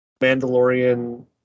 mandalorian